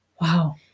wow